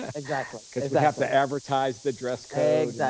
exactly. because they have to advertise the dress codes.